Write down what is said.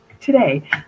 today